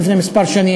לפני כמה שנים.